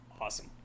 Awesome